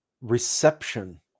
reception